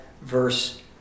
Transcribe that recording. verse